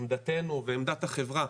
עמדתנו ועמדת החברה,